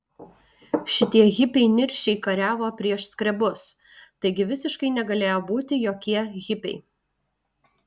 šitie hipiai niršiai kariavo prieš skrebus taigi visiškai negalėjo būti jokie hipiai